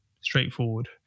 straightforward